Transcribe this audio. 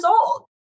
old